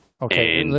Okay